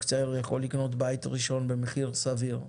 צעיר יכול לקנות בית ראשון במחיר סביר.